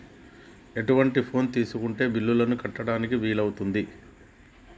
ఎటువంటి ఫోన్ తీసుకుంటే బిల్లులను కట్టడానికి వీలవుతది?